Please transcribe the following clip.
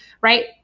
right